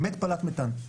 באמת פלט מתאן,